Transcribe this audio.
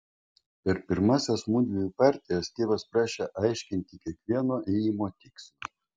per pirmąsias mudviejų partijas tėvas prašė aiškinti kiekvieno ėjimo tikslą